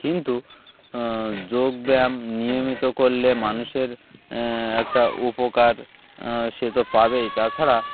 কিন্তু যোগব্যায়াম নিয়মিত করলে মানুষের একটা উপকার সে তো পাবেই তাছাড়া